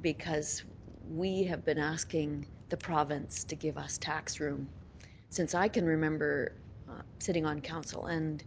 because we have been asking the province to give us tax room since i can remember sitting on council, and